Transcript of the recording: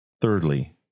Thirdly